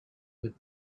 would